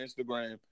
Instagram